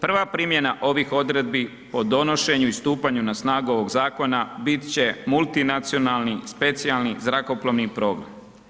Prva primjena ovih odredbi o donošenju i stupanju na snagu ovog zakona bit će multinacionalni specijalni zrakoplovni program.